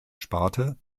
sparte